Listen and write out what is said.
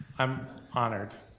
i'm honored.